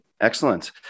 Excellent